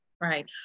Right